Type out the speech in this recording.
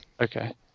Okay